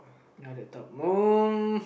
uh laptop moon